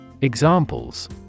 Examples